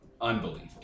Unbelievable